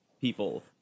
people